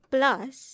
Plus